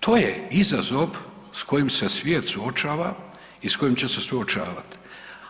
To je izazov s kojim se svijet suočava i s kojim će se suočavati,